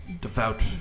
devout